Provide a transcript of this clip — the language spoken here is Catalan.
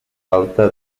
alta